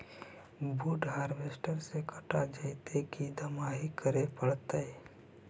बुट हारबेसटर से कटा जितै कि दमाहि करे पडतै?